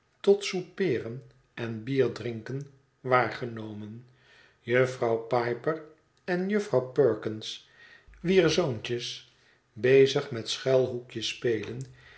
tot soupeeren en bierdrinken waargenomen jufvrouw pi per en jufvrouw perkins wier zoontjes bezig met schuilboekje spelen